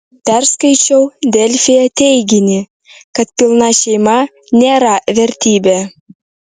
perskaičiau delfyje teiginį kad pilna šeima nėra vertybė